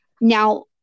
Now